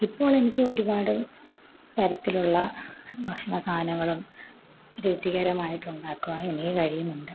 ഇപ്പോൾ എനിക്ക് ഒരുപാട് തരത്തിലുള്ള ഭക്ഷണ സാധനങ്ങളും രുചികരമായിട്ട് ഉണ്ടാക്കുവാൻ എനിക്ക് കഴിയുന്നുണ്ട്